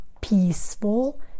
peaceful